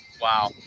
Wow